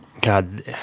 God